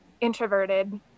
introverted